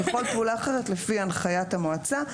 וכל פעולה אחרת לפי הנחיית המועצה,